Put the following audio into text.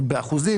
אבל באחוזים,